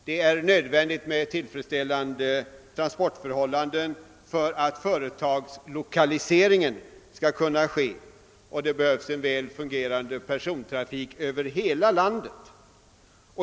Det är nödvändigt med tillfredsställande transportförhållanden för att företagslokalisering skall kunna ske, och det behövs en väl fungerande persontrafik över hela landet.